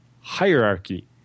hierarchy